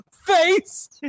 face